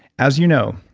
as you know,